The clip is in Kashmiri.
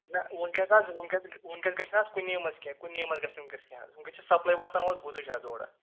نہ وُنکٮ۪س حظ وُنکٮ۪س وُنکٮ۪س گژھِ نہٕ حظ کُنے منٛز کیٚنٛہہ کُنے منٛز گژھِ نہٕ وُنکٮ۪س کیٚنٛہہ حظ وُنکٮ۪س چھِ سَپلاے واتان وۅنۍ گُتُج حظ اورٕ